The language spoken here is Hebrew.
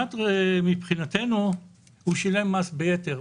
מבחינתנו הוא שילם מס ביתר.